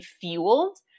fueled